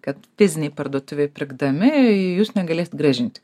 kad fizinėj parduotuvėj pirkdami jūs negalėsit grąžinti